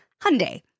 Hyundai